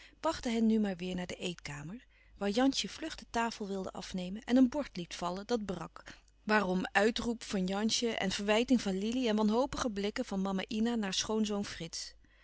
hen nu maar weêr naar de eetkamer waar jansje vlug de tafel wilde afnemen en een bord liet vallen dat brak waarom uitroep van jansje en verwijting van lili en wanhopige blikken van mama ina naar schoonzoon frits